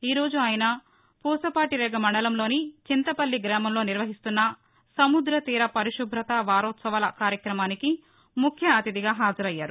ఈ రోజు ఆయన వూసపాటిరేగ మండలంలోని చింతపల్లి గ్రామంలో నిర్వహిస్తున్న సముద్ర తీర పరిశుభత వారోత్సవాల కార్యక్రమానికి హాజరయ్యారు